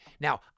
Now